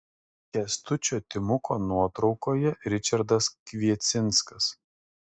kęstučio timuko nuotraukoje ričardas kviecinskas